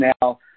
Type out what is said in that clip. now